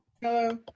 hello